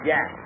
Yes